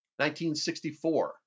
1964